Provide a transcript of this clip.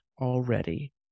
already